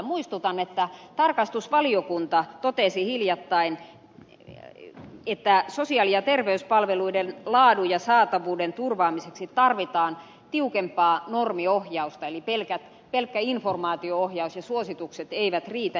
muistutan että tarkastusvaliokunta totesi hiljattain että sosiaali ja terveyspalveluiden laadun ja saatavuuden turvaamiseksi tarvitaan tiukempaa normiohjausta eli pelkkä informaatio ohjaus ja suositukset eivät riitä